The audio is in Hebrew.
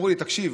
אמרו לי: תקשיב,